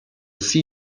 see